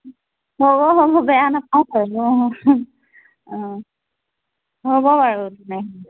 হ'ব হ'ব বেয়া নাপাওঁ বাৰু অ হ'ব বাৰু